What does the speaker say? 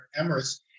Emirates